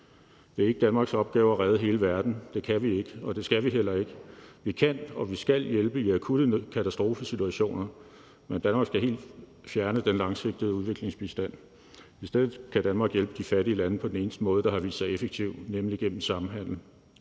Det er ikke Danmarks opgave at redde hele verden. Det kan vi ikke, og det skal vi heller ikke. Vi kan og vi skal hjælpe i akutte katastrofesituationer, men Danmark skal helt fjerne den langsigtede udviklingsbistand. I stedet skal Danmark hjælpe de fattige lande på den eneste måde, der har vist sig effektiv, nemlig gennem samhandel.